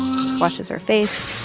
washes her face,